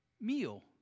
meal